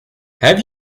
have